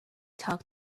talk